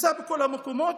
נמצא בכל המקומות.